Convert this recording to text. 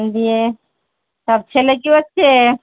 দিয়ে আর ছেলে কী হচ্ছে